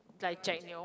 like jack neo